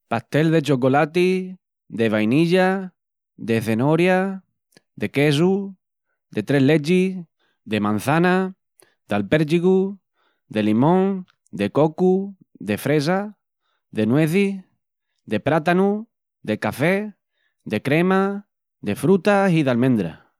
Pastel de chocolati, de vainilla, de cenoria, de quesu, de tres lechis, de mançana, d'albérchigu, de limón, de cocu, de fresa, de nueçis, de prátanu, de café, de crema, de frutas i d'almendra.